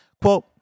Quote